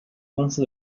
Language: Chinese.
公司